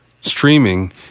streaming